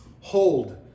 hold